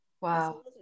Wow